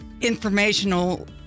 informational